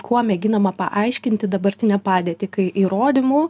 kuo mėginama paaiškinti dabartinę padėtį kai įrodymų